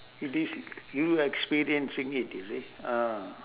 it is you experiencing it you see ah